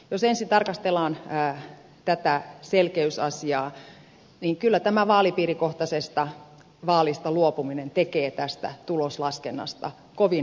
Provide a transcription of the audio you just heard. jos ensin tarkastellaan tätä selkeysasiaa niin kyllä tämä vaalipiirikohtaisesta vaalista luopuminen tekee tästä tuloslaskennasta kovin hankalan